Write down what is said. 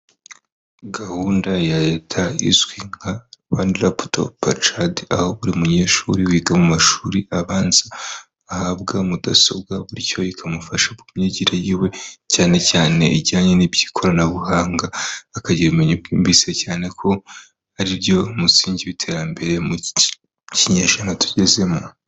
Gahunda ya leta izwi nka Rwanda raputopu cadi, aho buri munyeshuri wiga mu mashuri abanza ahabwa mudasobwa bityo ikamufasha mu myigire yiwe cyane cyane ijyanye n'iby'ikoranabuhanga, akagira ubumenyi bwimbitse cyane ko aribyo musingi w'iterambere mu kinyejana tugezemo.